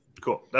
cool